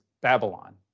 Babylon